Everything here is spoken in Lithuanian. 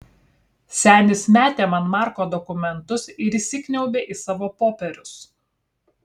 senis metė man marko dokumentus ir įsikniaubė į savo popierius